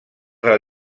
del